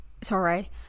sorry